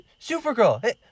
Supergirl